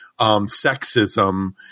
sexism